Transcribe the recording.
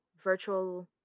virtual